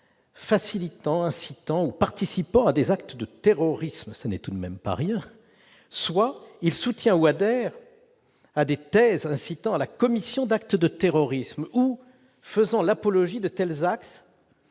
facilitant incitant ou participant à des actes de terrorisme, ce n'est tout de même pas rien, soit il soutient ou adhère à des thèses incitant à la commission d'actes de terrorisme ou faisant l'apologie de tels actes